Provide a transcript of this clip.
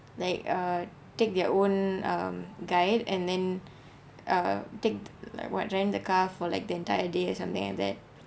like uh take their own um guide and then uh take like what join the car for like the entire day something like that